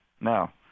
Now